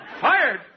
Fired